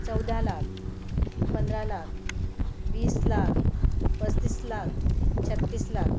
चौदा लाख पंधरा लाख वीस लाख पस्तीस लाख छत्तीस लाख